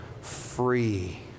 free